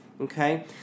Okay